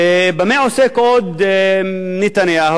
במה עוסק עוד נתניהו?